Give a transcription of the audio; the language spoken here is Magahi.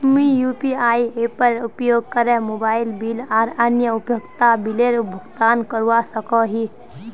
मुई यू.पी.आई एपेर उपयोग करे मोबाइल बिल आर अन्य उपयोगिता बिलेर भुगतान करवा सको ही